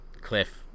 Cliff